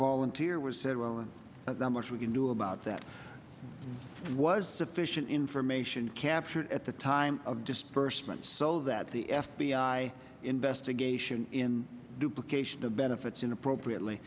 volunteer was said well that's not much we can do about that was sufficient information captured at the time of disbursement so that the f b i investigation in duplications the benefits in appropriately